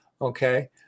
Okay